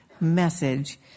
message